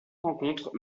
rencontres